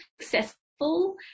successful